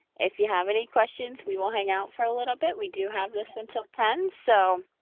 if you have any questions, we will hang out for a little bit. we do have this until ten, so